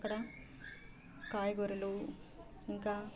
అక్కడ కాయగూరలు ఇంకా